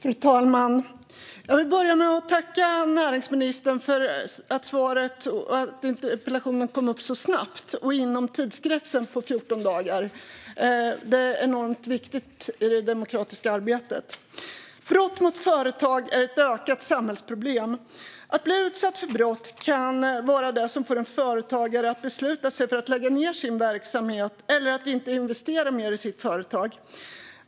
Fru talman! Jag vill börja med att tacka näringsministern för att svaret på interpellationen kom så snabbt och inom tidsgränsen på 14 dagar. Det är enormt viktigt för det demokratiska arbetet. Brott mot företag är ett ökat samhällsproblem. Att bli utsatt för brott kan vara det som får en företagare att besluta sig för att lägga ned sin verksamhet eller att inte investera mer i sitt företag.